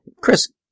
Chris